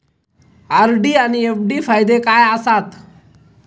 RD आनि FD फायदे काय आसात?